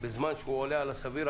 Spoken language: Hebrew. בזמן שהוא עולה על הסביר.